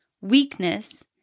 weakness